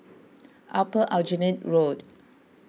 Upper Aljunied Road